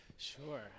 Sure